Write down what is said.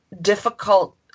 difficult